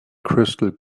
crystal